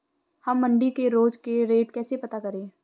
हम मंडी के रोज के रेट कैसे पता करें?